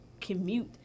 commute